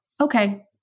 okay